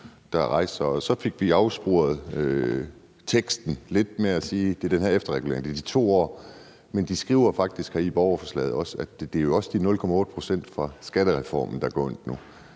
har rejst sig. Så fik vi afsporet teksten lidt ved at sige, at det er den her efterregulering. Det er de 2 år. Men de skriver faktisk her i borgerforslaget, at det jo også er de 0,8 pct. fra skattereformen, der gør ondt nu.